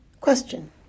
Question